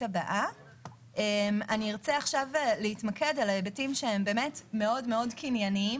עכשיו בהיבטים שהם מאוד קנייניים